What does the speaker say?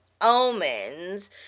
omens